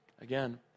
Again